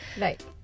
Right